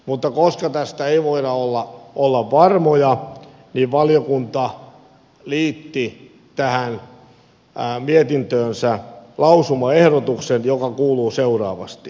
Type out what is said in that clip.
mutta koska tästä ei voida olla varmoja valiokunta liitti tähän mietintöönsä lausumaehdotuksen joka kuuluu seuraavasti